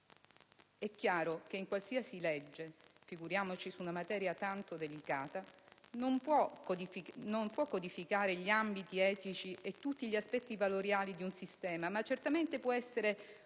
È chiaro che una qualsiasi legge - figuriamoci su una materia tanto delicata - non può codificare gli ambiti etici e tutti gli aspetti valoriali di un sistema, ma certamente può essere